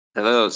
Hello